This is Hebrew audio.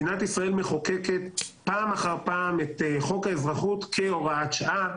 מדינת ישראל מחוקקת פעם אחר פעם את חוק האזרחות כהוראת שעה.